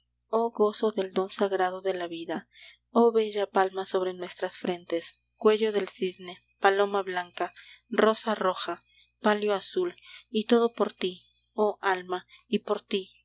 oh gozo del don sagrado de la vida oh bella palma sobre nuestras frentes cuello del cisne paloma blanca rosa roja palio azul y todo por ti oh alma y por ti